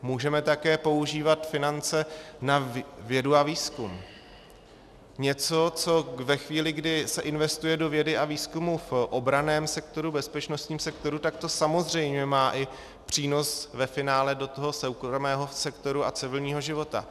Můžeme také používat finance na vědu a výzkum, něco, co ve chvíli, kdy se investuje do vědy a výzkumu v obranném sektoru, bezpečnostním sektoru, tak to samozřejmě má i přínos ve finále do toho soukromého sektoru a civilního života.